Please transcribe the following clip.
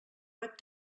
web